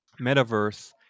metaverse